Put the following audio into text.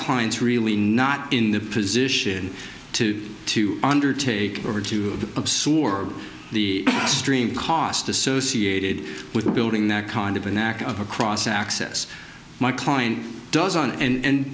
clients really not in the position to to undertake or to absorb the stream cost associated with building that kind of an act of across access my client doesn't and